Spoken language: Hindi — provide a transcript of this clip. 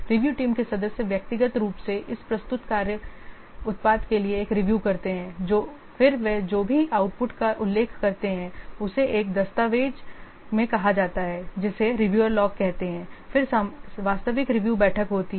रिव्यू टीम के सदस्य व्यक्तिगत रूप से इस प्रस्तुत कार्य उत्पाद के लिए एक रिव्यू करते हैं फिर वे जो भी आउटपुट का उल्लेख करते हैं उसे एक दस्तावेज में कहा जाता है जिसे रिव्यूअर लॉग कहते हैं फिर वास्तविक रिव्यू बैठक होती है